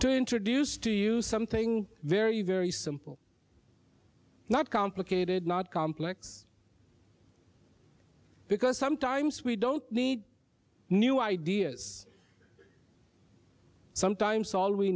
to introduce to you something very very simple not complicated not complex because sometimes we don't need new ideas sometimes all we